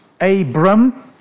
Abram